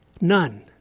None